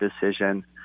decision